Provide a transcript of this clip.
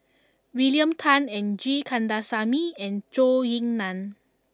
William Tan G Kandasamy and Zhou Ying Nan